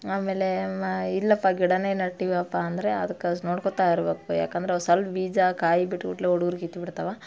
ಆಮೇಲೆ ಮಾ ಇಲ್ಲಪ್ಪ ಗಿಡನೆ ನೆಟ್ಟಿವಪ್ಪ ಅಂದರೆ ಅದಕ್ಕೆ ನೋಡ್ಕೊತಾ ಇರಬೇಕು ಯಾಕಂದರೆ ಸಲ್ಪ ಬೀಜ ಕಾಯಿ ಬಿಟ್ಟ ಕೂಡಲೇ ಹುಡುಗ್ರು ಕಿತ್ಬಿಡ್ತವೆ